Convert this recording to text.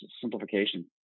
simplification